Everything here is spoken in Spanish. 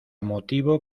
motivo